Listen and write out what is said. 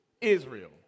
Israel